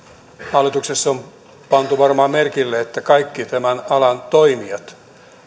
hallituksessa on pantu varmaan merkille että kaikki tämän alan toimijat